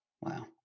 Wow